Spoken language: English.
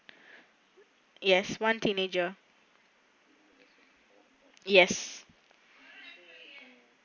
yes one teenager yes